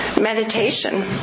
meditation